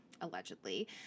allegedly